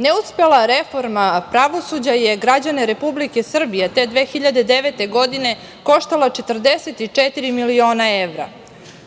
Neuspela reforma pravosuđa je građane Republike Srbije te 2009. godine koštala 44 miliona evra.